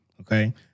okay